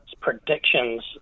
predictions